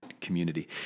community